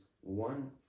one